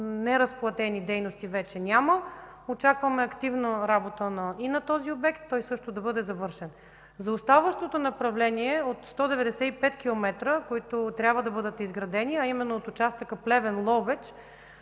неразплатени дейности вече няма. Очакваме активна работа и на този обект, той също да бъде завършен. За оставащото направление от 195 км, които трябва да бъдат изградени, а именно от участъка Плевен – Ловеч